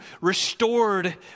restored